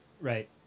Right